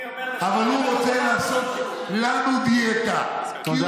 אבל הוא רוצה לעשות לנו דיאטה, תודה רבה.